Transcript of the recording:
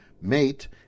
mate